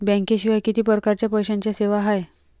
बँकेशिवाय किती परकारच्या पैशांच्या सेवा हाय?